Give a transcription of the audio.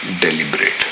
deliberate